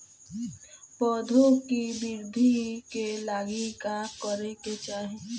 पौधों की वृद्धि के लागी का करे के चाहीं?